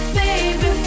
baby